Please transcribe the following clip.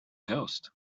ghost